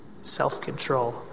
self-control